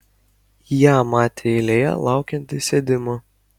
ją matė eilėje laukiant įsėdimo